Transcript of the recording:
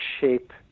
shape